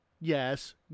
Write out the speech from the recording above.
yes